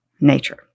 nature